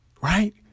Right